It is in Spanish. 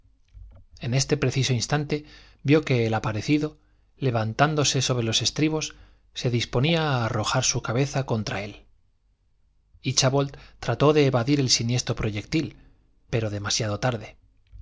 en este preciso instante vió que el aparecido levantándose sobre los estribos se disponía a arrojar su cabeza contra él íchabod trató de evadir el siniestro proyectil pero demasiado tarde